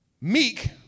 Meek